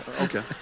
Okay